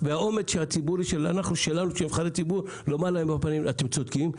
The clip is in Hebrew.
שהאומץ הציבורי שלנו נבחרי הציבור לומר להם בפנים: אתם צודקים,